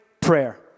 prayer